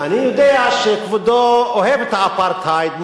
אני יודע שכבודו אוהב את האפרטהייד,